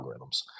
algorithms